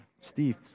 Steve